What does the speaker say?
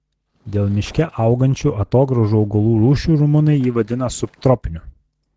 dėl miške augančių atogrąžų augalų rūšių rumunai jį vadina subtropiniu